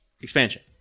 expansion